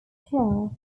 still